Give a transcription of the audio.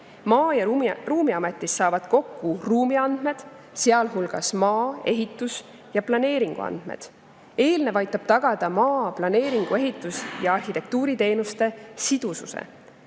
Maa‑ ja Ruumiametis saavad kokku ruumiandmed, sealhulgas maa‑, ehitus‑ ja planeeringuandmed. See aitab tagada maa‑, planeeringu‑, ehitus‑ ja arhitektuuriteenuste sidususe. Maa‑